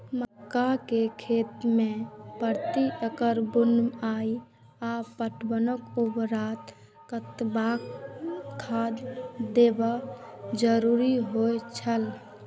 मक्का के खेती में प्रति एकड़ बुआई आ पटवनक उपरांत कतबाक खाद देयब जरुरी होय छल?